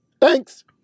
Thanks